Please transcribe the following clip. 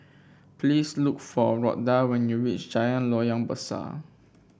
please look for Rhoda when you reach Jalan Loyang Besar